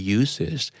uses